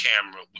camera